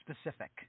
specific